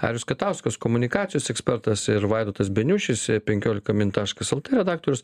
arijus katauskas komunikacijos ekspertas ir vaidotas beniušis penkiolika min taškas lt redaktorius